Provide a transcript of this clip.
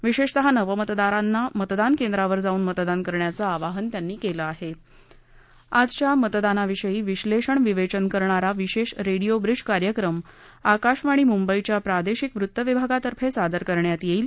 विशेषतः नवमतदारांना मतदान केंद्रांवर जाऊन मतदान करण्याचं आवाहन त्यांनी केलं आहे आजच्या मतदानाविषयी विश्लेषण विवेचन करणारा विशेष रेडिओ ब्रीज कार्यक्रम आकाशवाणी मुंबईच्या प्रादेशिक वृत्तविभागातर्फे सादर करण्यात येणार आहे